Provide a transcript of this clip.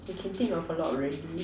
you can think of a lot already hmm